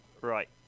Right